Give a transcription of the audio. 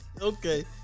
Okay